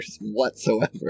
whatsoever